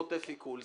חוטף עיקול.